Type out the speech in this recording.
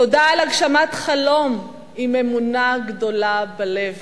תודה על הגשמת חלום עם אמונה גדולה בלב,